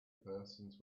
persons